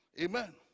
amen